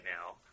now